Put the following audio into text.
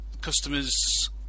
customers